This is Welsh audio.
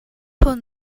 hwn